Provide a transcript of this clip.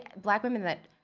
black women that,